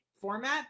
format